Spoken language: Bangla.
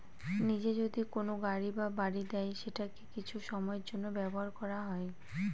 নিজে যদি কোনো গাড়ি বা বাড়ি দেয় সেটাকে কিছু সময়ের জন্য ব্যবহার করা হয়